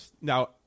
now